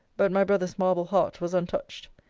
but my brother's marble heart was untouched.